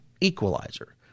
equalizer